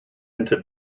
into